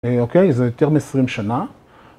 אוקיי? זה יותר מ-20 שנה.